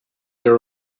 there